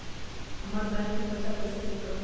हमर बैंक में पईसा कईसे चेक करु?